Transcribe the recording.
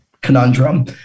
conundrum